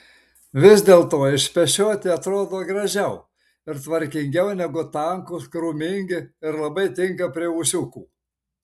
vis dėlto išpešioti atrodo gražiau ir tvarkingiau negu tankūs krūmingi ir labai tinka prie ūsiukų